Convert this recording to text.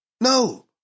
No